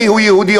מיהו יהודי,